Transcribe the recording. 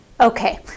Okay